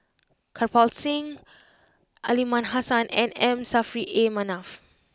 Kirpal Singh Aliman Hassan and M Saffri A Manaf